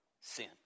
sin